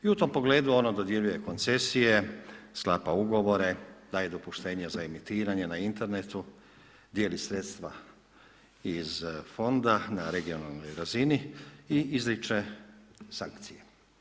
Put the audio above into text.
I u tom pogledu ono dodjeljuje koncesije, sklapa ugovore, daje dopuštenje za emitiranje na internetu, dijeli sredstva iz fonda na regionalnoj razini i izriče sankcije.